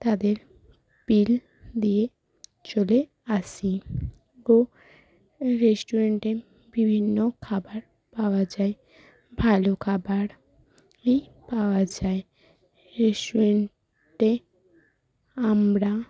তাদের বিল দিয়ে চলে আসি ও রেস্টুরেন্টে বিভিন্ন খাবার পাওয়া যায় ভালো খাবারই পাওয়া যায় রেস্টুরেন্টে আমরা